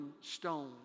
stone